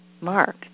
Mark